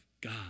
God